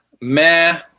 meh